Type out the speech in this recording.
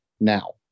now